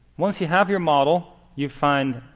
once you have your model, you find